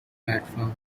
platform